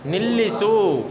ನಿಲ್ಲಿಸು